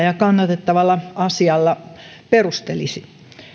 ja kannatettavalla asialla perustelisi